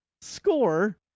score